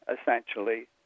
essentially